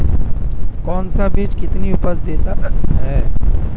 कौन सा बीज कितनी उपज देता है?